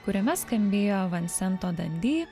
kuriame skambėjo vancento dandi